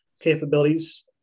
capabilities